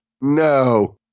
No